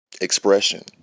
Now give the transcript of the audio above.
expression